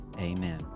amen